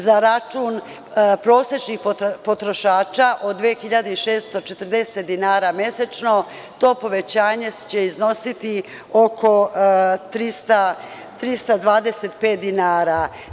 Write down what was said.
Za prosečan račun potrošača od 2.600 dinara mesečno to povećanje će iznositi oko 325 dinara.